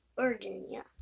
Virginia